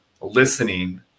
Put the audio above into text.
listening